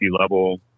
level